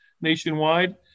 nationwide